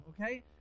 okay